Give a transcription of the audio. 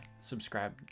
Subscribe